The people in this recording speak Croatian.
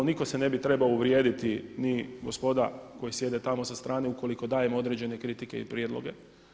Nitko se ne bi trebao uvrijediti ni gospoda koja sjede tamo sa strane ukoliko dajemo određene kritike i prijedloge.